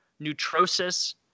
neutrosis